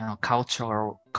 cultural